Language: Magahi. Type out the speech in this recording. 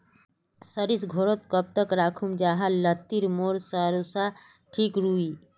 सरिस घोरोत कब तक राखुम जाहा लात्तिर मोर सरोसा ठिक रुई?